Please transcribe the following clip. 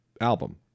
album